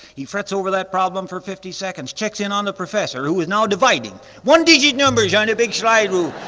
he frets over that problem for fifty seconds, checks in on the professor who is now dividing one-digit numbers on the big slide rule.